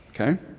Okay